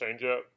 changeup